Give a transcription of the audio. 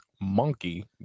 Monkey